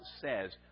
says